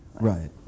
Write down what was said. Right